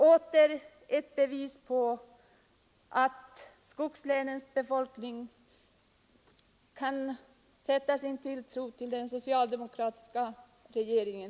Åter ett bevis på att skogslänens befolkning kan sätta sin tilltro till den socialdemokratiska regeringen.